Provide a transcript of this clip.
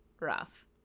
rough